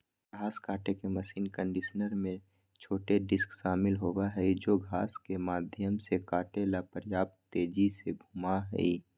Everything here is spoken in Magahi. घास काटे के मशीन कंडीशनर में छोटे डिस्क शामिल होबा हई जो घास के माध्यम से काटे ला पर्याप्त तेजी से घूमा हई